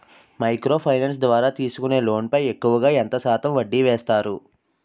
Micro finance ద్వారా తీసుకునే loan పై ఎక్కువుగా ఎంత శాతం వడ్డీ వేస్తారు?